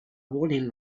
warning